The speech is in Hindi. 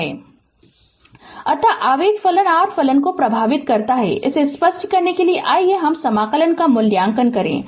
Refer Slide Time 0754 अतः आवेग फलन r फलन को प्रभावित करता है और इसे स्पष्ट करने के लिए आइए हम समाकलन का मूल्यांकन करें